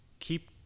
keep